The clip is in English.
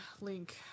link